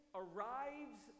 arrives